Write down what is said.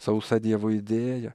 sausa dievo idėja